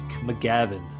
McGavin